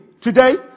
Today